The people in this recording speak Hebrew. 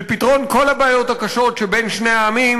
של פתרון כל הבעיות הקשות שבין שני העמים,